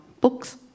books